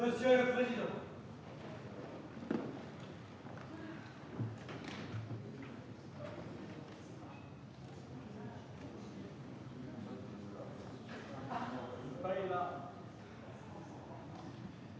Monsieur le président,